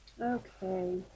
Okay